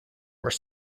were